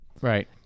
Right